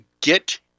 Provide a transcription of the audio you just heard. get